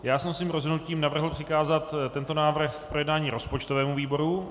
Já jsem svým rozhodnutím navrhl přikázat tento návrh k projednání rozpočtovému výboru.